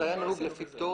זה היה נהוג לפי פטורים,